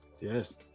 Yes